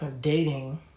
dating